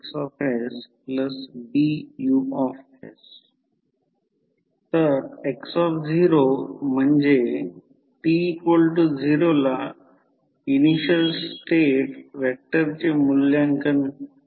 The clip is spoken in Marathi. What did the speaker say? sXs x0AXsBUs तर x0 म्हणजेt0 ला इनिशियल स्टेट व्हेक्टरचे मूल्यांकन होय